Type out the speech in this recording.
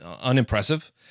unimpressive